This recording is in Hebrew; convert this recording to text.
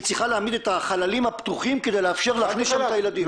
היא צריכה להעמיד את החללים הפתוחים כדי לאפשר להכניס שם את הילדים.